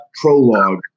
prologue